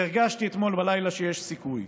והרגשתי אתמול בלילה שיש סיכוי.